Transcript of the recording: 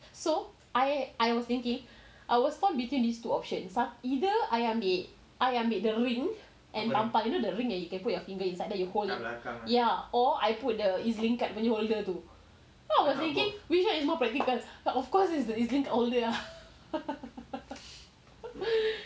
so I I was thinking I was torn between these two options either I ambil I ambil the ring and tampal you know the ring where you can put your finger inside and then you hold it or either I put the E_Z link card punya holder tu so I was thinking which one is more practical but of course is the E_Z link holder